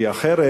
כי אחרת,